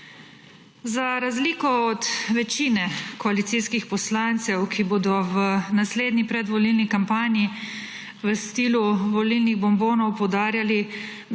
Za razliko od večine koalicijskih poslancev, ki bodo v naslednji predvolilni kampanji v stilu volilnih bombonov poudarjali,